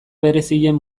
berezien